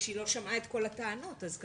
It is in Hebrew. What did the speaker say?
אנחנו כאן מדברים על תופעה שאנחנו פוגשים